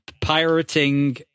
pirating